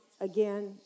again